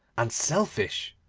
and selfish.